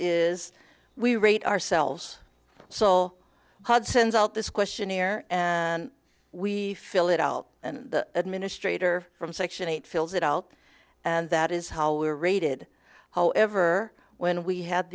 is we rate ourselves so hard sends out this questionnaire and we fill it out and administrator from section eight fills it out and that is how we are rated however when we had